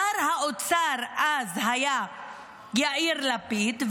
שר האוצר אז היה יאיר לפיד,